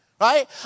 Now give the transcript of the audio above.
right